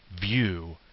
view